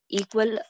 equal